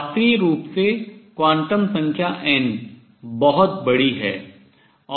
शास्त्रीय रूप से क्वांटम संख्या n बहुत बड़ी है